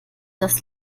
das